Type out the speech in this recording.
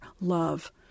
love